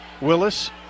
Willis